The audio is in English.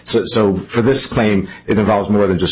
so for this claim it involved more than just